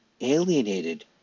alienated